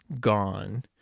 gone